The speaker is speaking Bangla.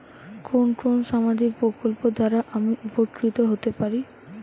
কোন কোন সামাজিক প্রকল্প দ্বারা আমি উপকৃত হতে পারি?